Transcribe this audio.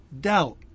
doubt